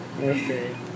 Okay